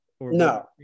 No